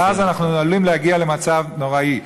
ואז אנחנו עלולים להגיע למצב נוראי.